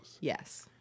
Yes